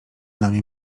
nami